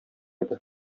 иде